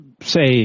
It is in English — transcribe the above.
say